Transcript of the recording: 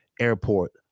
airport